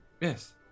Yes